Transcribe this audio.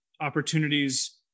opportunities